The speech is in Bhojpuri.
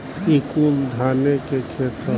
ई कुल धाने के खेत ह